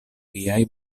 viaj